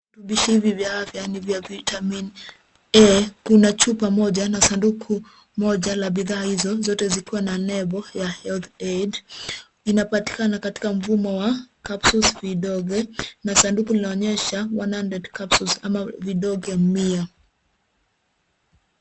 Virutubishi hivi vya afya ni za vitamini A.Kuna chupa moja na sanduku moja la bidhaa hizo zote zikiwa na nembo ya, health Aid. Inapatikana katika mfumo wa capsules ,vidonge na sanduku linaonyesha, one hundred capsules ama vidonge mia.